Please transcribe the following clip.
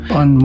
on